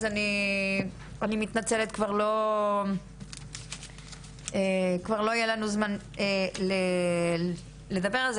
אז אני מתנצלת כי אנחנו כבר לא נוכל לדבר איתם,